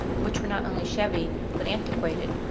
which were not only shabby but antiquated